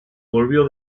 volvió